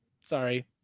Sorry